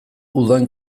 udan